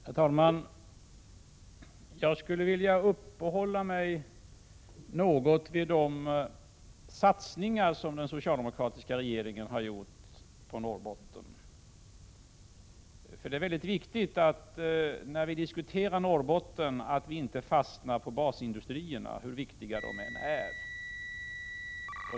Herr talman! Jag skulle vilja uppehålla mig något vid de satsningar på Norrbotten som den socialdemokratiska regeringen har gjort. När vi diskuterar Norrbotten är det mycket väsentligt att inte fastna vid basindustrierna, hur viktiga de än är.